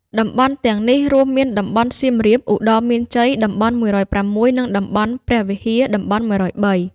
តំបន់ទាំងនេះរួមមានតំបន់ សៀមរាប ឧត្តរមានជ័យ (តំបន់១០៦) និងតំបន់ព្រះវិហារ (តំបន់១០៣)។